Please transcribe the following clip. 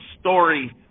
story